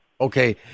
okay